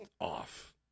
off